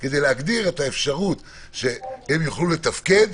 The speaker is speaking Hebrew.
אם זה נעלה או לא נעלה,